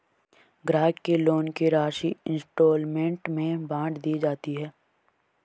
ग्राहक के लोन की राशि इंस्टॉल्मेंट में बाँट दी जाती है